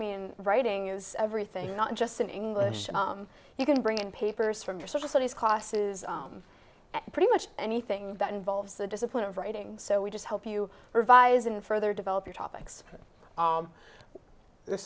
mean writing is everything not just in english you can bring in papers from your social studies classes and pretty much anything that involves the discipline of writing so we just help you revise in further develop your topics